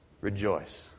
rejoice